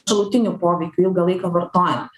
šalutinių poveikių ilgą laiką vartojant